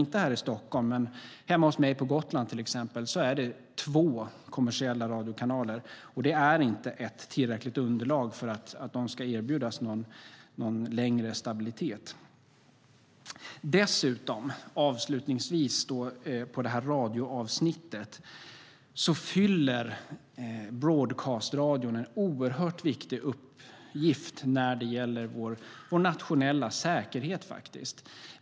Inte här i Stockholm, men till exempel hemma hos mig på Gotland är det två kommersiella radiokanaler, och det är inte ett tillräckligt underlag för att de ska erbjudas någon längre stabilitet. Dessutom, avslutningsvis på det här radioavsnittet, fyller broadcast-radion en oerhört viktig uppgift när det gäller vår nationella säkerhet.